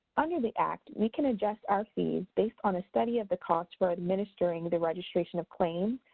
under the act we can adjust our fees based on a study of the costs for administering the registration of claims,